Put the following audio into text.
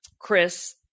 Chris